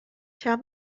tell